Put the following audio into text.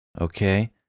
Okay